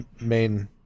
main